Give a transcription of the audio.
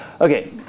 Okay